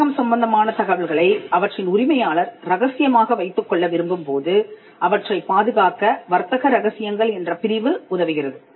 வர்த்தகம் சம்பந்தமான தகவல்களை அவற்றின் உரிமையாளர் ரகசியமாக வைத்துக் கொள்ள விரும்பும் போது அவற்றைப் பாதுகாக்க வர்த்தக ரகசியங்கள் என்ற பிரிவு உதவுகிறது